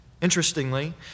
Interestingly